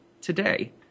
today